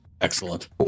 excellent